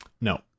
No